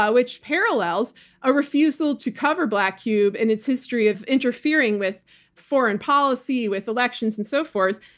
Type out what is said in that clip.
which parallels a refusal to cover black cube and its history of interfering with foreign policy, with elections and so forth,